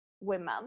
women